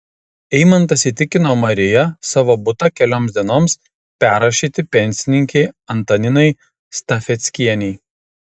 eimantas įtikino mariją savo butą kelioms dienoms perrašyti pensininkei antaninai stafeckienei